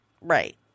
Right